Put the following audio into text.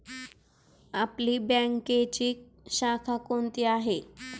आपली बँकेची शाखा कोणती आहे